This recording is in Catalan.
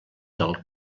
del